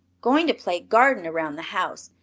going to play garden around the house.